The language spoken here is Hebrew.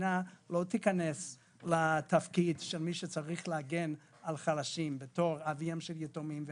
המדינה לא תיכנס לתפקיד שמגן על חלשים בתור אביהם של יתומים.